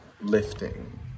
lifting